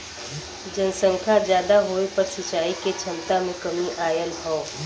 जनसंख्या जादा होये पर सिंचाई के छमता में कमी आयल हौ